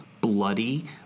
bloody